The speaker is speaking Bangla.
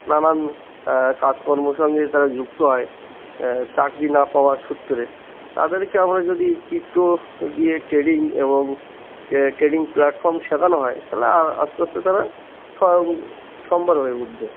নানান কাজকর্মর সঙ্গে তারা যুক্ত হয় চাকরি না পাওয়ার সূত্রে তাদেরকে আমরা যদি ক্রিপটো দিয়ে ট্রেডিং এবং ট্রেডিং প্ল্যাটফর্ম শেখানো হয় তাহলে আ আস্তে আস্তে তারা স্বয়ং স্বনির্ভর হয়ে উঠবে